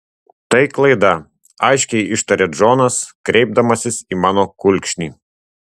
tai klaida aiškiai ištaria džonas kreipdamasis į mano kulkšnį